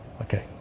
Okay